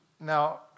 Now